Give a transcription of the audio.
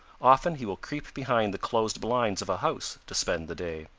often he will creep behind the closed blinds of a house to spend the day.